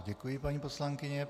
Děkuji, paní poslankyně.